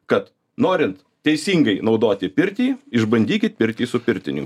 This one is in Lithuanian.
kad norint teisingai naudoti pirtį išbandykit pirtį su pirtininku